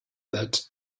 that